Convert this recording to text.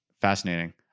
Fascinating